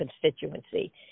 constituency